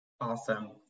Awesome